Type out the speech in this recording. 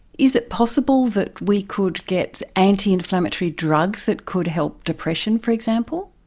is it possible that we could get anti-inflammatory drugs that could help depression, for example?